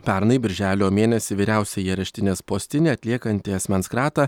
pernai birželio mėnesį vyriausiąjį areštinės postinį atliekantį asmens kratą